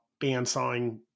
bandsawing